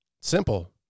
Simple